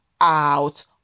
out